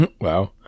Wow